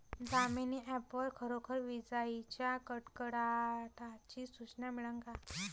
Damini app वर खरोखर विजाइच्या कडकडाटाची सूचना मिळन का?